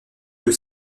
que